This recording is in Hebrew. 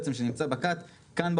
שנמצא בקת כאן.